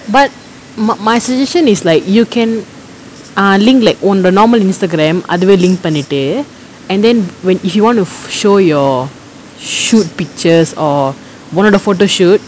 but my my suggestion is like you can ah link like ஒண்ட:onda normal Instagram அதுவ:athuva link பண்ணிட்டுட்டு:pannittu and then when if you want to show your shoot pictures or ஒன்னோட:onnoda photoshoot